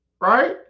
Right